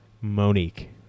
monique